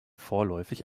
vorläufig